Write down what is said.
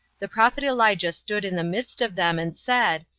the prophet elijah stood in the midst of them, and said,